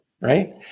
right